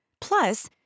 Plus